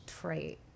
trait